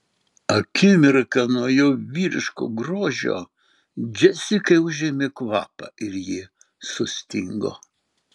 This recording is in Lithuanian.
akimirką nuo jo vyriško grožio džesikai užėmė kvapą ir ji sustingo